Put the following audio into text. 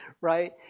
right